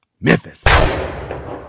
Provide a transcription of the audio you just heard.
Memphis